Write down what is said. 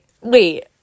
wait